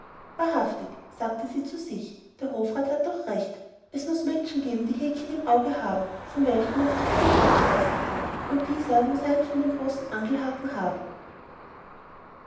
wahrhaftig sagte sie zu sich der hofrat hat doch recht es muß menschen geben die häkchen im auge haben von welchen man sich gar nicht losreißen kann und dieser muß einen von den großen angelhaken haben